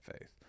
faith